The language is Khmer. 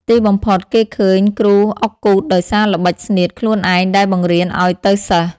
ទីបំផុតគេឃើញគ្រូអុកគូទដោយសារល្បិចស្នៀតខ្លួនឯងដែលបង្រៀនឲ្យទៅសិស្ស ។